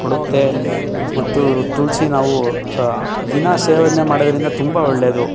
ಕೊಡುತ್ತೆ ಮತ್ತು ತುಳಸಿ ನಾವು ಸ ದಿನ ಸೇವನೆ ಮಾಡೋದರಿಂದ ತುಂಬ ಒಳ್ಳೆಯದು